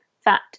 fat